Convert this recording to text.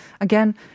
again